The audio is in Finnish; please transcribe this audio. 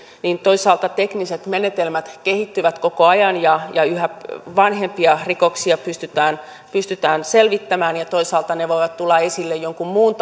toisaalta tekniset menetelmät kehittyvät koko ajan ja ja yhä vanhempia rikoksia pystytään pystytään selvittämään ja toisaalta ne voivat tulla esille jonkin muun